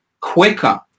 quicker